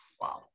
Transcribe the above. Wow